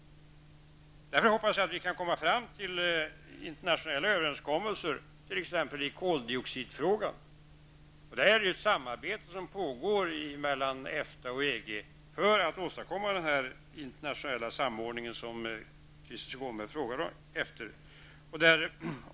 Jag hoppas att vi kan träffa internationella överenskommelser, t.ex. i koldioxidfrågan. Det pågår ett samarbete mellan EFTA och EG för att åstadkomma den internationella samordning som Krister Skånberg frågade efter.